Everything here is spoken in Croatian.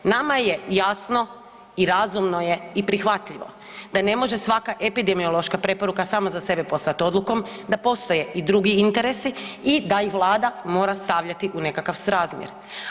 Nama je jasno i razumno je i prihvatljivo da ne može svaka epidemiološka preporuka sama za sebe postati odlukom, da postoje i drugi interesi i da ih Vlada mora stavljati u nekakav srazmjer.